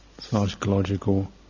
Psychological